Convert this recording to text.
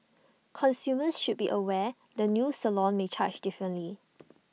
consumers should be aware the new salon may charge differently